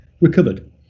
recovered